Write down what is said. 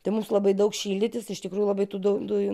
tai mums labai daug šildytis iš tikrųjų labai tų daug dujų